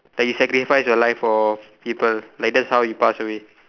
like you sacrifice your life for people like that's how you pass away